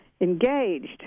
engaged